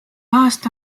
aasta